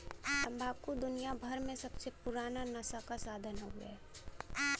तम्बाकू दुनियाभर मे सबसे पुराना नसा क साधन हउवे